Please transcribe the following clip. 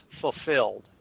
fulfilled